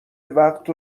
وقت